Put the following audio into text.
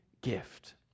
gift